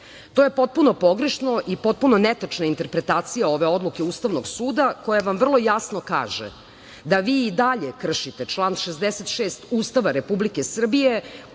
To je potpuno pogrešno i potpuno netačna interpretacija ove odluke Ustavnog suda koja vam vrlo jasno kaže da vi i dalje kršite član 66. Ustava Republike Srbije